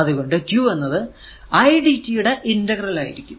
അത് കൊണ്ട് q എന്നത് i dt യുടെ ഇന്റഗ്രൽ ആയിരിക്കും